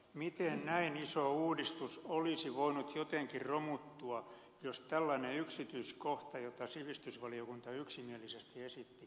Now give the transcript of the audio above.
miten näin iso uudistus olisi voinut jotenkin romuttua jos tällainen yksityiskohta jota sivistysvaliokunta yksimielisesti esitti olisi otettu huomioon